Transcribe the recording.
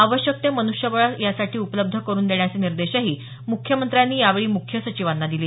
आवश्यक ते मन्ष्यबळ यासाठी उपलब्ध करून देण्याचे निर्देशही मुख्यमंत्र्यांनी यावेळी मुख्य सचिवांना दिले